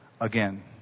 again